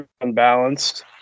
unbalanced